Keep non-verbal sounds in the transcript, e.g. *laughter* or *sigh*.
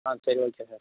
ஆ சரி ஓகே *unintelligible*